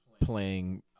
playing